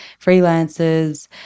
freelancers